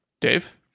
Dave